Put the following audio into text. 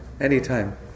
anytime